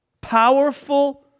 powerful